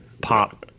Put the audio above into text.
pop